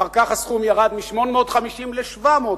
אחר כך הסכום ירד מ-850 ל-750.